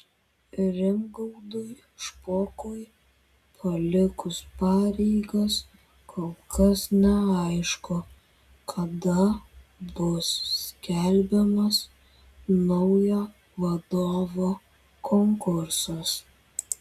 rimgaudui špokui palikus pareigas kol kas neaišku kada bus skelbiamas naujo vadovo konkursas